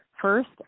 first